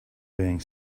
being